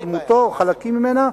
דמותו או חלקים ממנה,